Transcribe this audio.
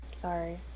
sorry